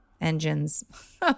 engines